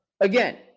Again